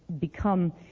become